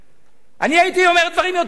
אני הייתי אומר דברים יותר חמורים.